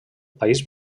país